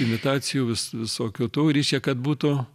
imitacijų vis visokių tų reišia kad būtų